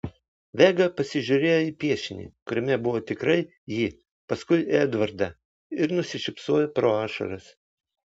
vega pasižiūrėjo į piešinį kuriame buvo tikrai ji paskui į edvardą ir nusišypsojo pro ašaras